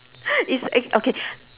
it's i~ okay